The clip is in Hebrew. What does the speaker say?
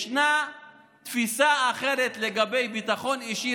ישנה תפיסה אחרת לגבי ביטחון אישי